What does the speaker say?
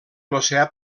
l’oceà